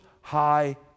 High